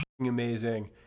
amazing